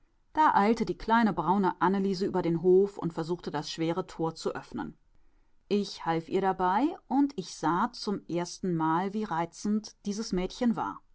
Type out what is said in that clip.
die kleine braune anneliese über den hof und versuchte das schwere tor zu öffnen ich half ihr dabei und ich sah zum erstenmal wie reizend dieses mädchen war